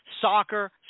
soccer